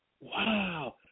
Wow